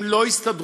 הם לא יסתדרו.